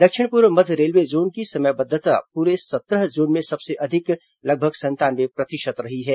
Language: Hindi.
दक्षिण पूर्व मध्य रेलवे जोन की समयबद्वता पूरे सत्रह जोन में सबसे अधिक लगभग संतानवे प्रतिशत रही है